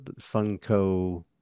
Funko